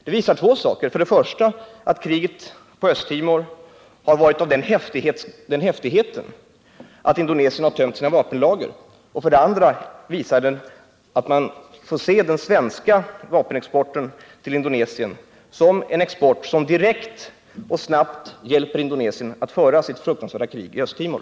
Detta visar två saker: för det första att kriget på Östtimor har varit av sådan häftighet att Indonesien har tömt sina vapenlager och för det andra att vi får se den svenska vapenexporten till Indonesien som en export som direkt och snabbt hjälper Indonesien att föra sitt fruktansvärda krig i Östtimor.